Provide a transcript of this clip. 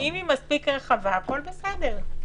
אם היא מספיק רחבה, הכול בסדר.